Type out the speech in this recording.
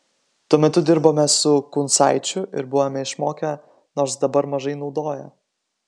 tuo metu dirbome su kuncaičiu ir buvome išmokę nors dabar mažai naudoja